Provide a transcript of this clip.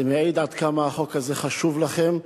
זה מעיד עד כמה החוק הזה חשוב לכם,